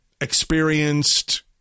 experienced